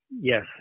yes